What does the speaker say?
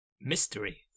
Mystery